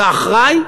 אתה אחראי,